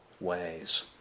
ways